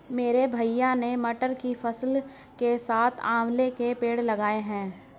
मेरे भैया ने मटर की फसल के साथ आंवला के पेड़ लगाए हैं